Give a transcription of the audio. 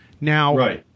Now